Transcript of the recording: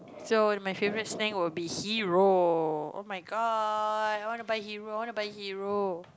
so my favourite snack will be hero oh-my-god I want to buy hero I want to buy hero